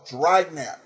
Dragnet